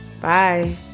Bye